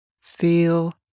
Feel